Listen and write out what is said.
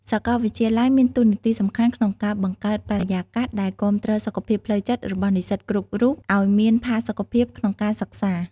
សាកលវិទ្យាល័យមានតួនាទីសំខាន់ក្នុងការបង្កើតបរិយាកាសដែលគាំទ្រសុខភាពផ្លូវចិត្តរបស់និស្សិតគ្រប់រូបឱ្យមានផាសុកភាពក្នុងការសិក្សា។